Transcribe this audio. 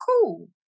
cool